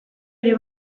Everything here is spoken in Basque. ere